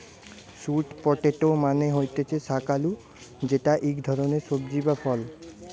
sweet potato মানে হতিছে শাক আলু যেটা ইক ধরণের সবজি বা ফল